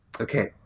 Okay